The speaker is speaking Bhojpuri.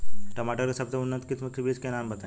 टमाटर के सबसे उन्नत किस्म के बिज के नाम बताई?